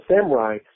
samurai